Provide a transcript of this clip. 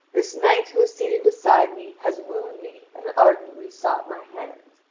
this knight who is seated beside me has wooed me and ardently sought my hand.